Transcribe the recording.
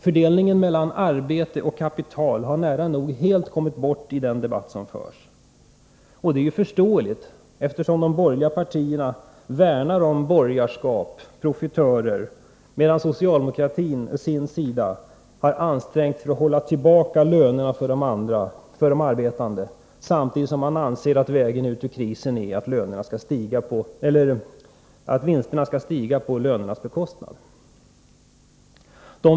Fördelningen mellan arbete och kapital har nära nog helt kommit bort i den debatt som förs. Det är förståeligt, eftersom de borgerliga partierna värnar om borgerskap och profitörer, medan socialdemokratin å sin sida har ansträngt sig för att hålla tillbaka lönerna för de arbetande, samtidigt som man anser att vägen ut ur krisen är att vinsterna skall stiga på lönernas bekostnad.